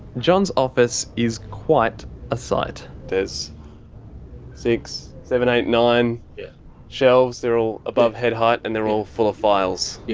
john's office is quite a sight. there's six, seven, eight, nine shelves, they're all above head height and they're all full of files, yeah